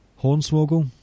Hornswoggle